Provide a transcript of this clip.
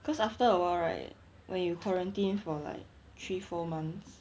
cause after awhile right when you quarantined for like three four months